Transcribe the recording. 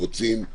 רוצים,